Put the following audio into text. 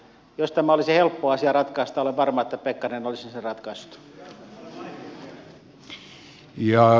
jos tämä olisi helppo asia ratkaista olen varma että pekkarinen olisi sen ratkaissut